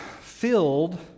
filled